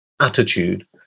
attitude